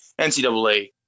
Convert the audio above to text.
ncaa